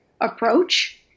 approach